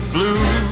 blue